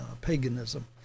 paganism